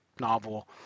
novel